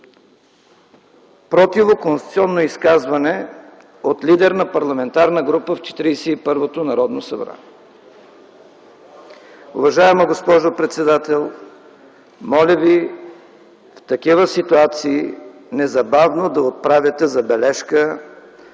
противоконституционно изказване от лидер на парламентарна група в Четиридесет и първото Народно събрание. Уважаема госпожо председател, моля Ви, в такива ситуации незабавно да отправяте забележка